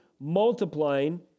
multiplying